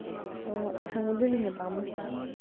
ꯑꯣ ꯑꯁꯥꯡꯕꯗꯨꯅ ꯍꯦꯟꯅ ꯄꯥꯝꯃꯦ